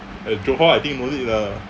at johor I think no need lah